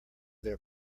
their